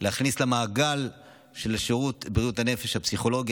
להכניס למעגל של שירות בריאות הנפש הפסיכולוגי,